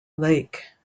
lake